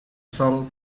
sol